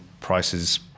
prices